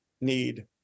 need